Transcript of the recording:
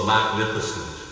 Magnificent